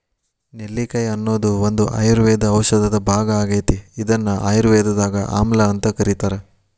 ನೆಲ್ಲಿಕಾಯಿ ಅನ್ನೋದು ಒಂದು ಆಯುರ್ವೇದ ಔಷಧದ ಭಾಗ ಆಗೇತಿ, ಇದನ್ನ ಆಯುರ್ವೇದದಾಗ ಆಮ್ಲಾಅಂತ ಕರೇತಾರ